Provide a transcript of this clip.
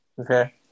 Okay